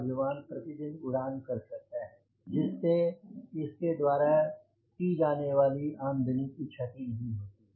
और विमान प्रति दिन उड़ान कर सकता है जिससे इसके द्वारा करी जाने वाली आमदनी की क्षति नहीं होती